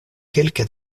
kelke